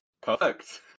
Perfect